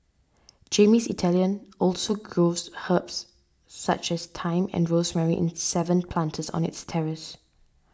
Jamie's Italian also grows herbs such as thyme and rosemary in seven planters on its terrace